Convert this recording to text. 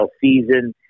season